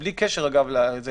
בלי קשר לכך,